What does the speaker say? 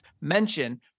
mention